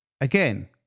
again